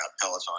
Peloton